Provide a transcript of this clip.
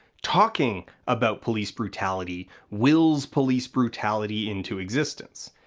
talking about police brutality wills police brutality into existence.